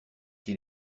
qui